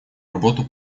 работу